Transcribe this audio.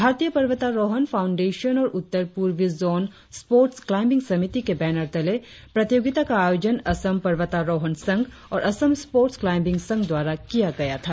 भारतीय पर्वतारोहण फाउंडेशन और उत्तर पूर्वी जोन स्पोटर्स क्लाइम्बिंग समिति के बेनर तले प्रतियोगिता का आयोजन असम पर्वतारोहण संघ और असम स्पोर्ट्स क्लाइम्बिंग संघ द्वारा किया गया था